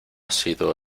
sido